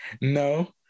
No